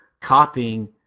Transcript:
copying –